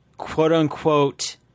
quote-unquote